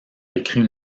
écrit